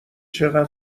چقدر